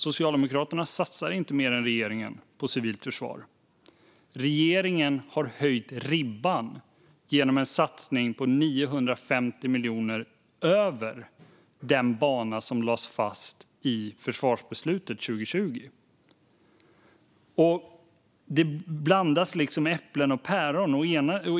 Socialdemokraterna satsar inte mer än regeringen på civilt försvar. Regeringen har höjt ribban genom en satsning med 950 miljoner över den bana som lades fast i försvarsbeslutet 2020. Det blandas liksom äpplen och päron.